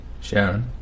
Sharon